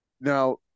Now